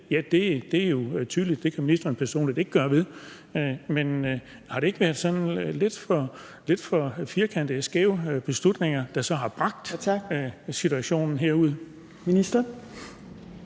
og det er jo tydeligt, at det kan ministeren personligt ikke gøre ved, men er der ikke blevet taget lidt for firkantede og skæve beslutninger, der så har bragt os i denne